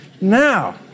Now